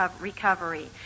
recovery